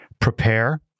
prepare